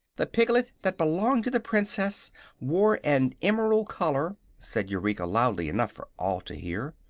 the piglet that belonged to the princess wore an emerald collar, said eureka, loudly enough for all to hear.